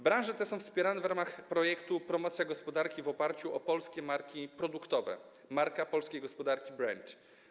Branże te są wspierane w ramach projektu „Promocja gospodarki w oparciu o polskie marki produktowe - Marka Polskiej Gospodarki - Brand”